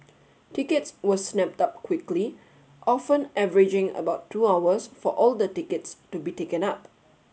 tickets were snapped up quickly often averaging about two hours for all the tickets to be taken up